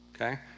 okay